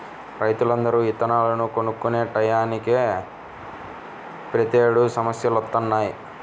రైతులందరూ ఇత్తనాలను కొనుక్కునే టైయ్యానినే ప్రతేడు సమస్యలొత్తన్నయ్